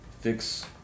fix